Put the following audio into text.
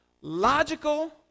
logical